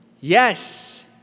Yes